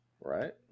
right